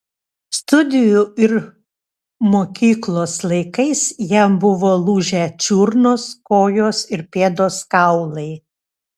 studijų ir mokyklos laikais jam buvo lūžę čiurnos kojos ir pėdos kaulai